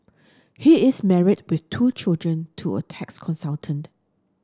he is married with two children to a tax consultant